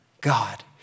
God